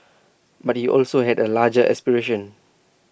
but he also had A larger aspiration